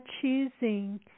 choosing